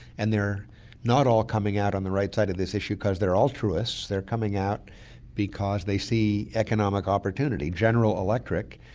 and they're not all coming out on the right side of this issue because they're altruists they're coming out because they see economic opportunity. general electric,